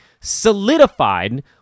solidified